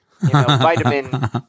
vitamin